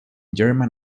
german